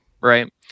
right